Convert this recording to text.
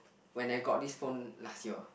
when I got this phone last year